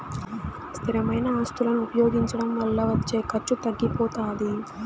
స్థిరమైన ఆస్తులను ఉపయోగించడం వల్ల వచ్చే ఖర్చు తగ్గిపోతాది